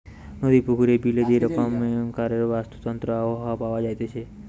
নদী, পুকুরে, বিলে যে রকমকারের বাস্তুতন্ত্র আবহাওয়া পাওয়া যাইতেছে